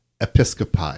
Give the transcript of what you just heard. episcopi